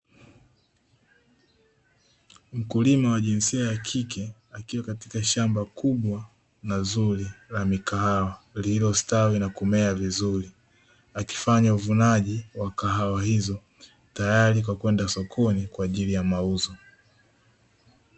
Mkulima wa jinsia ya kike, akiwa katika shamba kubwa na zuri la mikahawa lililostawi na kumea vizuri, akifanya uvunaji wa kahawa hizo tayari kwa kwenda sokoni kwa ajili ya mauzo.